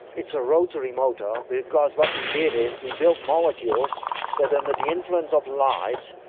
it's a rotary motor because what we did is we built molecules that under the influence of light,